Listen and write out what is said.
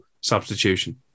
substitution